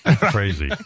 Crazy